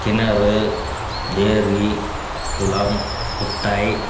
கிணறு ஏரி குளம் குட்டை